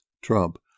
Trump